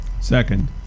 Second